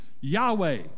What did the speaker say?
Yahweh